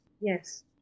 yes